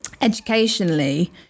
educationally